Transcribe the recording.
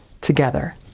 together